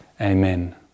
Amen